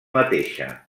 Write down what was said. mateixa